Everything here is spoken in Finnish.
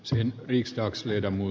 ärade talman